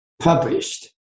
published